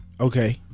Okay